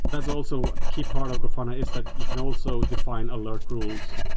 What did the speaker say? that's also a key part of grafana, is that you can also define alert rules.